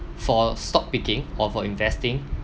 for stock picking or for investing